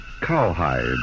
Cowhide